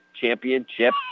championship